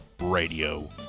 Radio